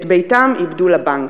את ביתם איבדו לבנק.